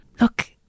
Look